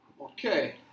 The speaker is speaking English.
Okay